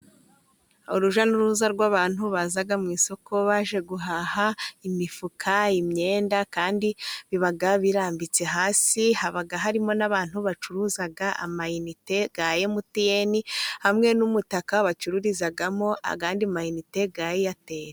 Urujya n'uruza rw'abantu baza mu isoko baje guhaha imifuka, imyenda kandi biba birambitse hasi, haba harimo n'abantu bacuruza amayinite ya emutiyene hamwe n'umutaka bacururizamo ayandi mayinite ya eyateli.